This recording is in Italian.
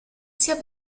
sia